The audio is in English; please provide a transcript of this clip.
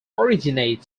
originate